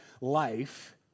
life